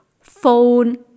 phone